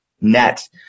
net